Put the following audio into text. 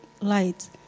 light